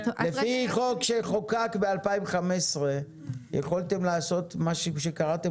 לפי חוק שחוקק ב-2015 יכולתם לעשות מה שקראתם